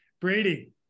Brady